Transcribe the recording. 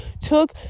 took